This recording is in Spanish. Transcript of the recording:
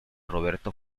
roberto